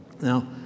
now